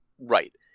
Right